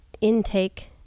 intake